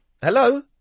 Hello